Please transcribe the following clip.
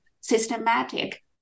systematic